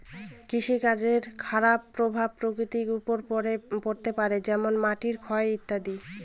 কৃষিকাজের খারাপ প্রভাব প্রকৃতির ওপর পড়তে পারে যেমন মাটির ক্ষয় ইত্যাদি